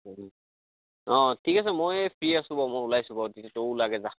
অঁ ঠিক আছে মই ফ্ৰী আছোঁ বাৰু ওলাই আছোঁ বাৰু তেতিয়া তয়ো ওলাগে যা